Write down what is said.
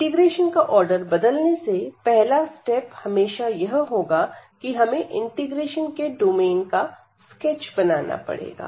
integration का order बदलने से पहला स्टेप हमेशा यह होगा कि हमें इंटीग्रेशन के डोमेन का स्केच बनाना पड़ेगा